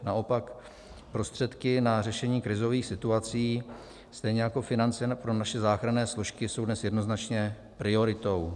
Naopak prostředky na řešení krizových situací, stejně jako finance pro naše záchranné složky, jsou dnes jednoznačně prioritou.